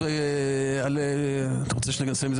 ווליד טאהא (רע"מ,